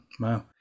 Wow